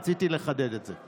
רציתי לחדד את זה.